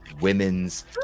women's